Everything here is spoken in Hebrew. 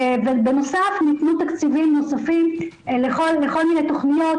ובנוסף ניתנו תקציבים נוספים לכל מיני תכניות